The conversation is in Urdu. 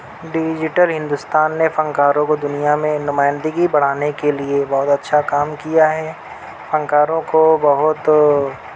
ڈیجیٹل ہندوستان نے فن کاروں کو دنیا میں نمائندگی بڑھانے کے لیے بہت اچھا کام کیا ہے فن کاروں کو بہت